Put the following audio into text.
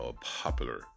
popular